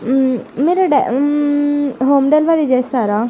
మీరు డెల్ home delivery చేస్తారా